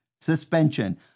suspension